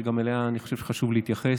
שגם אליה אני חושב שחשוב להתייחס,